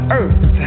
earth